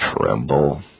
tremble